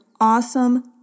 awesome